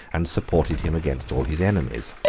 and supported him against all his enemies.